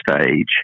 stage